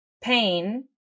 pain